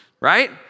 Right